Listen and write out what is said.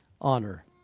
honor